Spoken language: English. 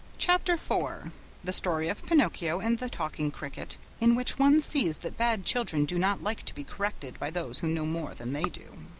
chapter four the story of pinocchio and the talking cricket, in which one sees that bad children do not like to be corrected by those who know more than they do.